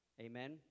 Amen